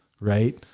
right